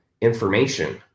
information